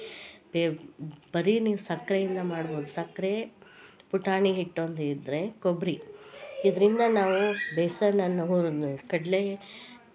ಬರೆ ನೀವು ಸಕ್ಕರೆಯಿಂದ ಮಾಡ್ಬೋದು ಸಕ್ಕರೆ ಪುಟಾಣಿ ಹಿಟ್ಟೊಂದು ಇದ್ದರೆ ಕೊಬ್ಬರಿ ಇದರಿಂದ ನಾವು ಬೇಸನನ್ನು ಹುರ್ದು ಕಡಲೆ